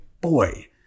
Boy